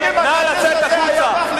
נא לצאת החוצה.